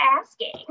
asking